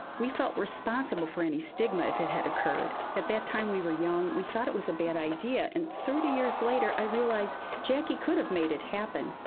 we felt responsible for any stigma if it had occurred. at that time, we were young. we thought it was a bad idea. and thirty years later, i realize jackie could have made it happen.